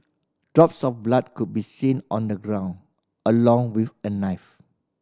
drop some blood could be seen on the ground along with a knife